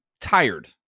tired